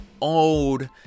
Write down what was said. old